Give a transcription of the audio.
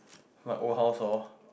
my old house orh